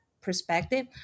perspective